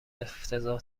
افتضاح